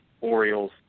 Orioles